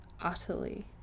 utterly